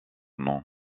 nom